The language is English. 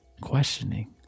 questioning